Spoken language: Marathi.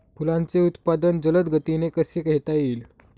फुलांचे उत्पादन जलद गतीने कसे घेता येईल?